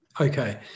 Okay